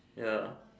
ya